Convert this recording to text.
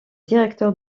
directeur